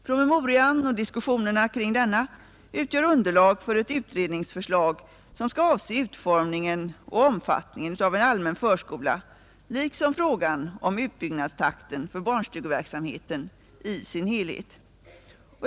Promemorian och diskussionerna kring denna utgör underlag för ett utredningsförslag som skall avse utformningen och omfattningen av en allmän förskola liksom frågan om utbyggnadstakten för barnstugeverksamheten i dess helhet.